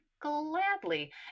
Gladly